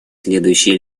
следующие